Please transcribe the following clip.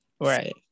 Right